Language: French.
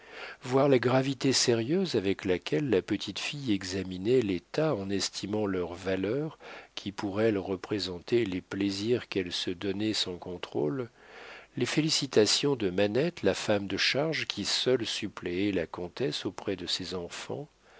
voir la gravité sérieuse avec laquelle la petite fille examinait les tas en estimant leur valeur qui pour elle représentait les plaisirs qu'elle se donnait sans contrôle les félicitations de manette la femme de charge qui seule suppléait la comtesse auprès de ses enfants